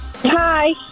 Hi